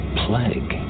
plague